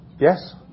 Yes